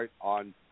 On